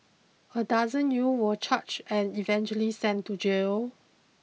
a dozen youth were charged and eventually sent to jail